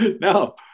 No